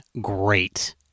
great